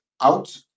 out